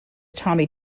tommy